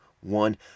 one